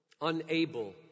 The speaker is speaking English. unable